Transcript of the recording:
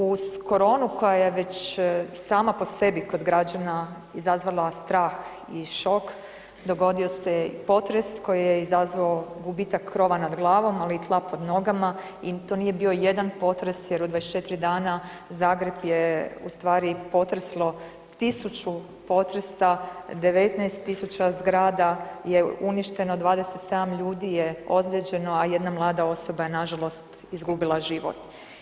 Uz koronu koja je već sama po sebi kod građana izazvala strah i šok, dogodio se i potres koji je izazvao gubitak krova nad glavom, ali i tla pod nogama i to nije bio jedan potres jer u 24 dana Zagreb je u stvari potreslo 1000 potresa, 19 000 zgrada je uništeno, 27 ljudi je ozlijeđeno, a jedna mlada osoba je nažalost izgubila život.